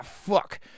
fuck